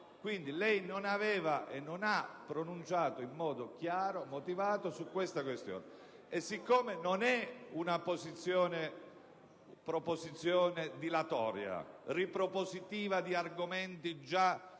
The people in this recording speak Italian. lei non aveva e non si è pronunciato in modo chiaro e motivato su questa questione. E siccome non è una proposizione dilatoria, ripropositiva di argomenti già